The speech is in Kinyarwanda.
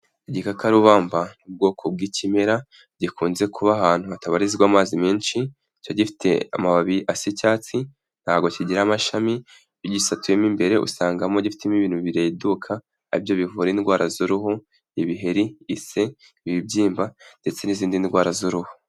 Igikakarubamba ni ubwoko bw'ikimera gikunze kuba ahantu hatabarizwa amazi menshi, kiba gifite amababi icyatsi, ntabwo kigira amashami, iyo ugisatuyemo imbere usangamo gifitemo ibintu bireduka ari byo bivura indwara z'uruhu, ibiheri, ise, ibibyimba ndetse n'izindi ndwara z'uruhu.